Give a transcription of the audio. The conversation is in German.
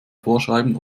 vorschreiben